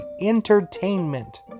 entertainment